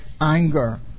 anger